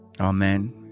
Amen